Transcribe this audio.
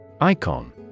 Icon